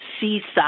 seaside